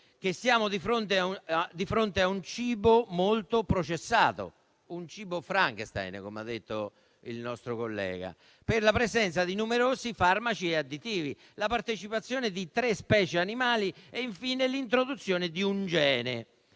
che siamo di fronte a un cibo molto processato, un "cibo Frankenstein", come ha detto un nostro collega, per la presenza di numerosi farmaci e additivi, la partecipazione di tre specie animali e, infine, l'introduzione di un gene.